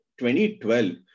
2012